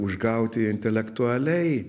užgauti intelektualiai